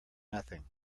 nothing